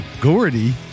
Gordy